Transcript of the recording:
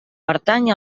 pertany